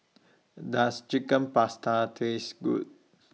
Does Chicken Pasta Taste Good